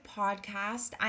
podcast